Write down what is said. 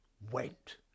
went